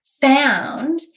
found